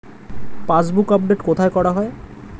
Passbook update কোথায় করা হয়?